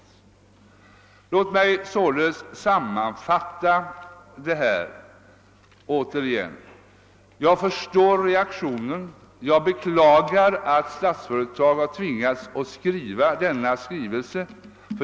Låt mig således sammanfatta: Jag förstår reaktionen. Jag beklagar att Statsföretag har tvingats skriva denna skrivelse.